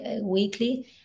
weekly